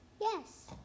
Yes